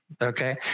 okay